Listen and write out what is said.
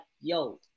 yo